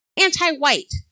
anti-white